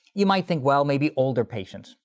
you might think well maybe older patients.